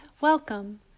Welcome